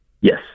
Yes